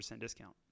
discount